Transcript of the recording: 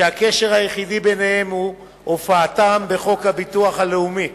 שהקשר היחידי ביניהם הוא הופעתם בחוק הביטוח הלאומי.